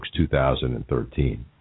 2013